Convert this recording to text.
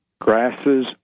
Grasses